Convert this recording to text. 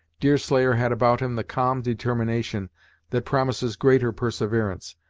deerslayer had about him the calm determination that promises greater perseverance,